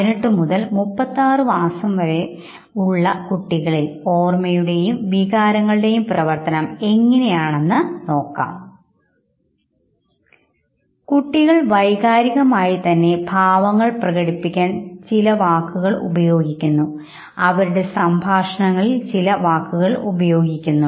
18 മുതൽ 36 മാസം വരെ ഉള്ള കുട്ടികളിൽ ഓർമയുടെയും വികാരങ്ങളുടെയും പ്രവർത്തനം എങ്ങിനെ ആണെന്ന് നോക്കാം കുട്ടികൾ വൈകാരികമായി തന്നെ ഭാവങ്ങൾ പ്രകടിപ്പിക്കാൻ ചില വാക്കുകൾ ഉപയോഗിക്കുന്നു അവരുടെ സംഭാഷണങ്ങളിൽ ചില വാക്കുകൾ ഉപയോഗിക്കുന്നു